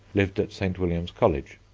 lived at st. william's college.